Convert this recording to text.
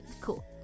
Cool